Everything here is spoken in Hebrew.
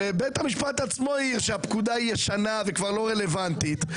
שבית המשפט עצמו העיר שהפקודה היא ישנה וכבר לא רלוונטית,